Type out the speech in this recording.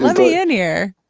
ah day in here,